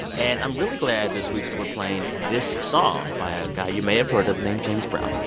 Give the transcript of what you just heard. and i'm really glad this week that we're playing this song by a guy you may have heard of named james brown